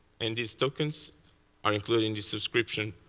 and these tokens are included in the subscription,